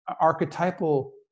archetypal